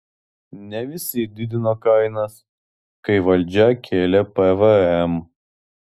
ne visi didino kainas kai valdžia kėlė pvm